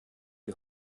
die